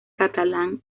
catalán